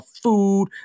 food